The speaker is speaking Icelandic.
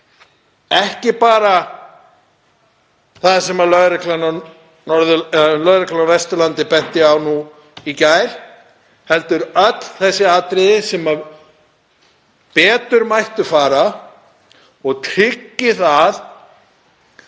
ekki bara það sem lögreglan á Vesturlandi benti á í gær heldur öll þessi atriði sem betur mega fara og tryggi að